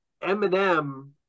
Eminem